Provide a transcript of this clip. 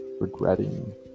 regretting